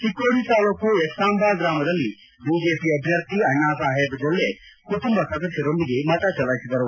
ಚಿಕ್ಕೋಡಿ ತಾಲೂಕು ಎಕ್ಸಂಬಾ ಗ್ರಾಮದಲ್ಲಿ ಐಜೆಪಿ ಅಭ್ಯರ್ಥಿ ಅಣ್ಣಾ ಸಾಹೇಬ ಜೊಲ್ಲೆ ಕುಟುಂಬ ಸದಸ್ಡರೊಂದಿಗೆ ಮತ ಚಲಾಯಿಸಿದರು